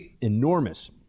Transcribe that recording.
enormous